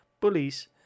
bullies